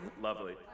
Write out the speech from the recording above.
Lovely